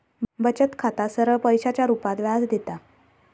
बचत खाता सरळ पैशाच्या रुपात व्याज देता